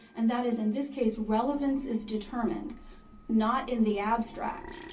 and that is, in this case, relevance is determined not in the abstract,